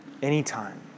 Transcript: Anytime